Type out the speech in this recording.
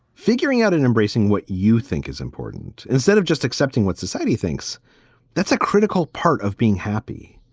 figuring out and embracing what you think is important instead of just accepting what society thinks that's a critical part of being happy.